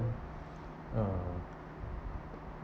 uh